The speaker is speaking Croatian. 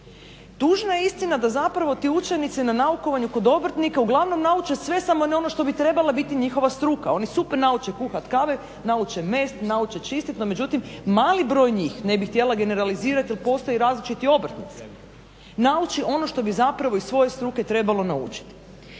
Tužna istina da zapravo ti učenici na naukovanju kod obrtnika uglavnom nauče sve ne samo ono što bi trebalo biti struka, oni super nauče kuhati kave, nauče mest, nauče čistiti, no međutim mali broj njih, ne bi htjela generalizirati jer postoje različiti obrtnici nauče ono što bi zapravo iz svoje struke trebalo naučiti.